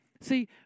See